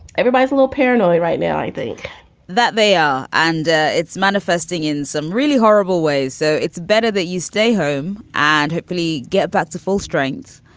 everybody's a little paranoid right now i think that they are. and it's manifesting in some really horrible ways. so it's better that you stay home and hopefully get back to full strength.